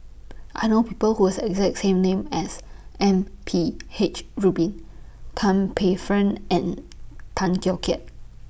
I know People Who Have The exact name as M P H Rubin Tan Paey Fern and Tay Teow Kiat